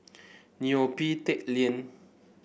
Neo Pee Teck Lane